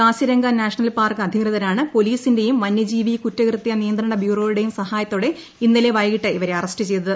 Kaziranga national park അധികൃതരാണ് പോലീസിന്റെയും വന്യജീവി കുറ്റകൃത്യ നിയന്ത്രണ ബ്യൂറോയുടെയും സഹായത്തോടെ ഇന്നലെ വൈകിട്ട് ഇവരെ അറസ്റ്റ് ചെയ്തത്